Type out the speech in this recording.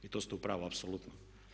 To ste u pravu apsolutno.